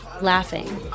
laughing